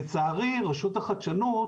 לצערי רשות החדשנות